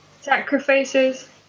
Sacrifices